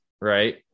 right